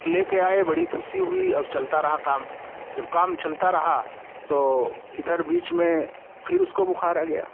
लेके आए बड़ी खुशी हुई अब चलता रहा काम जब काम चलता रहा तो इधर बीच में फिर उसको बुखार आ गया